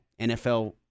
NFL